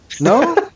No